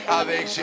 avec